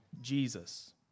Jesus